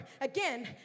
again